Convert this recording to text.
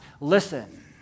listen